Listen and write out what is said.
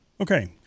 Okay